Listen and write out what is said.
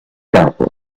capo